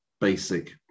basic